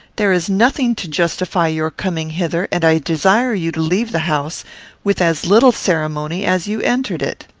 there is nothing to justify your coming hither, and i desire you to leave the house with as little ceremony as you entered it.